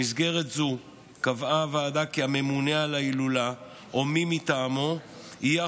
במסגרת זו קבעה הוועדה כי הממונה על ההילולה או מי מטעמו יהיה